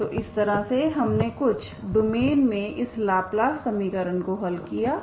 तो हम इस तरह से हमने कुछ डोमेन में इस लाप्लास समीकरण को हल किया है